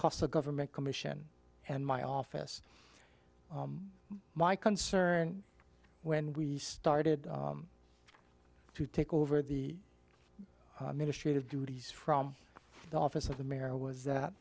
cost of government commission and my office my concern when we started to take over the ministry of duties from the office of the mayor was that